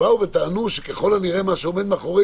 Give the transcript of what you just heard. ביקורת שבאה ואמרה שככל הנראה מה שעומד מאחורי